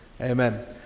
Amen